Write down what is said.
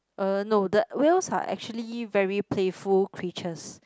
uh no the whales are actually very playful creatures